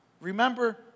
Remember